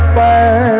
by